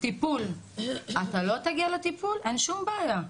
אתה לא תגיע לטיפול, אין שום ביעה.